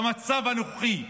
במצב הנוכחי,